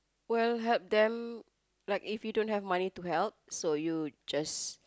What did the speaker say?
well help them like if you don't have money to help so you just